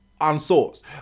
unsourced